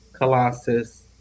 Colossus